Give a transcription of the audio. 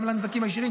גם לנזקים הישירים,